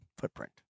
footprint